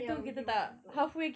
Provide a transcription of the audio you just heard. ya we did walking tour